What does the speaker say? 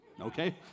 okay